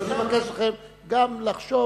אז אני מבקש מכם גם לחשוב